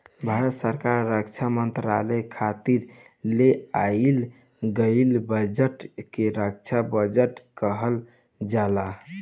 भारत सरकार रक्षा मंत्रालय खातिर ले आइल गईल बजट के रक्षा बजट कहल जाला